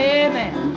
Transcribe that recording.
amen